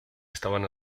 estaban